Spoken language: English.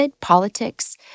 politics